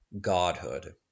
Godhood